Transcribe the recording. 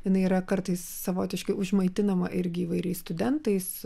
jinai yra kartais savotiškai užmaitinama irgi įvairiais studentais